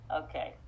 okay